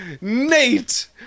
Nate